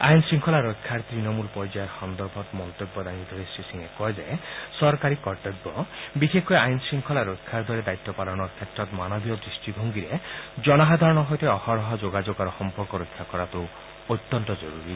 আইন শংখলাৰ ৰক্ষাৰ তণমূল পৰ্যায়ৰ ব্যৱস্থা সন্দৰ্ভত মন্তব্য দাঙি ধৰি শ্ৰীসিঙে কয় যে চৰকাৰী কৰ্তব্য বিশেষকৈ আইন শৃংখলা ৰক্ষাৰ দৰে দায়িত্ব পালনৰ বাবে মানৱীয় দৃষ্টিভংগীৰে জনসাধাৰণৰ সৈতে অহৰহ যোগাযোগ আৰু সম্পৰ্ক ৰক্ষা কৰাটো অত্যন্ত জৰুৰী